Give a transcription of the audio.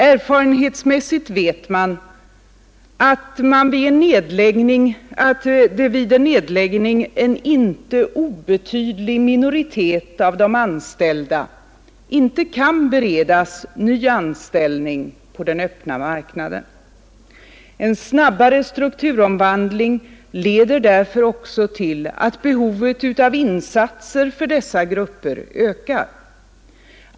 Erfarenhetsmässigt vet man att vid en nedläggning en inte obetydlig minoritet av de anställda inte kan beredas ny anställning på den öppna marknaden. En snabbare strukturomvandling leder därför också till att behovet av insatser för dessa grupper ökar.